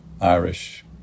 Irish